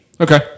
Okay